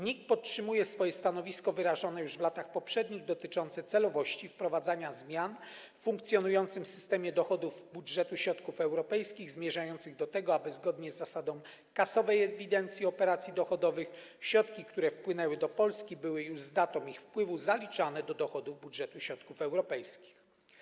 NIK podtrzymuje swoje stanowisko wyrażone już w latach poprzednich dotyczące celowości wprowadzania zmian w funkcjonującym systemie dochodów budżetu środków europejskich, zmierzających do tego, aby zgodnie z zasadą kasowej ewidencji operacji dochodowych środki, które wpłynęły do Polski, były już z datą ich wpływu zaliczane do dochodów budżetu środków europejskich.